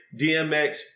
DMX